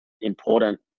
important